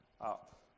up